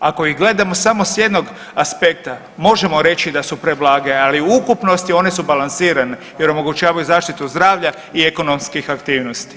Ako ih gledamo samo s jednog aspekta možemo reći da su preblage, ali u ukupnosti one su balansirane jer omogućavaju zaštitu zdravlja i ekonomskih aktivosti.